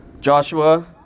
Joshua